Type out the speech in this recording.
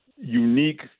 Unique